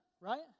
right